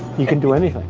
you can do anyth ing.